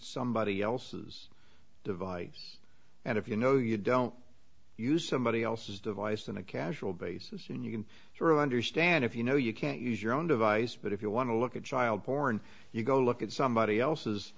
somebody else's device and if you know you don't use somebody else's device in a casual basis and you can sort of understand if you know you can't use your own device but if you want to look at child porn you go look at somebody